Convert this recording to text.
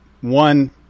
one